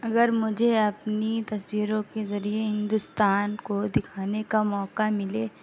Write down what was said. اگر مجھے اپنی تصویروں کے ذریعے ہندوستان کو دکھانے کا موقع ملے